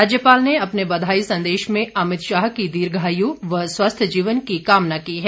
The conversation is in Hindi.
राज्यपाल ने अपने बधाई संदेश में अमित शाह की दीर्घायु व स्वस्थ जीवन की कामना की है